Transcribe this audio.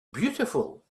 beautiful